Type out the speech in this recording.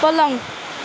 पलङ